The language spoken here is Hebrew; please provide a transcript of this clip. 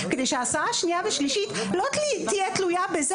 כדי שההסעה השנייה והשלישית לא תהיה תלויה בזה